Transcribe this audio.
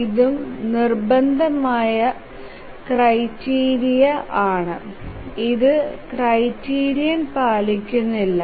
ഇതും നിർബന്ധമായ ക്രൈറ്റീരിയൻ ആണ് ഇത് ക്രൈറ്റീരിയൻ പാലിക്കുനില്ല